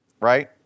right